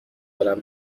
دارم